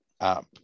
app